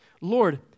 Lord